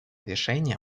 решение